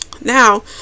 now